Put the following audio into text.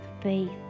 faith